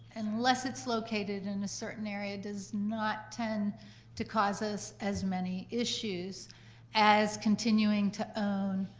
unless it's located in a certain area, does not tend to cause us as many issues as continuing to own